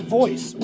voice